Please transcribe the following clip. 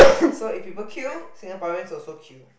so if people queue Singaporean also queue